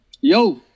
Yo